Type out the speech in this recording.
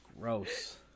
gross